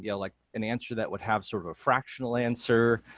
yeah like an answer that would have sort of a fractional answer,